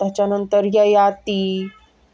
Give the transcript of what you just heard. त्याच्यानंतर ययाती